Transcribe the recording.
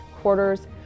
quarters